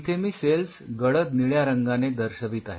इथे मी सेल्स गडद निळ्या रंगाने दर्शवित आहे